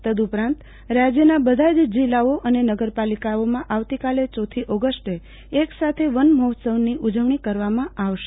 તદ્દ ઉપરાંત રાજ્યના બધાજ જીલ્લાઓ અને નગરપાલિકાઓમાં આવતીકાલે ચોથી ઓગસ્ટે એક સાથે વનમહોત્સવની ઉજવણી કરવામાં આવશે